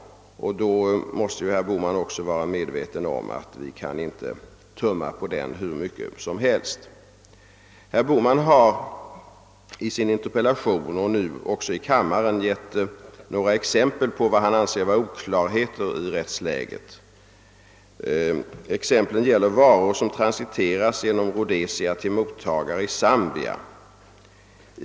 Då måste herr Bohman också vara medveten om att vi inte kan tumma på den hur mycket som helst. Herr Bohman gav i sin interpellation och nu också i kammaren några exempel på vad han anser vara oklarheter i rättsläget. Exemplen gäller varor som transiteras genom Rhodesia till mottagare i Zambia.